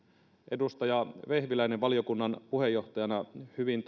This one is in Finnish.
edustaja vehviläinen valiokunnan puheenjohtajana hyvin